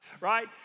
right